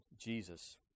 Jesus